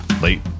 Late